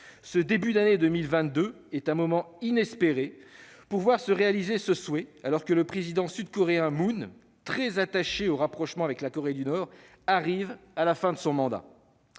Ce début d'année 2022 est une occasion inespérée de voir se réaliser ce souhait, alors que le président sud-coréen Moon Jae-in, très attaché au rapprochement avec la Corée du Nord, arrive à la fin de son mandat